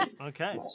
Okay